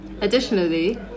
Additionally